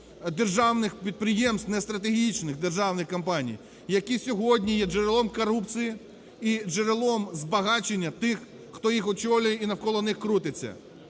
державних підприємств, не стратегічних, державних компаній, які сьогодні є джерелом корупції і джерелом збагачення тих, хто їх очолює і навколо них крутиться.